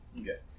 Okay